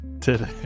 Today